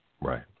right